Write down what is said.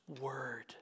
word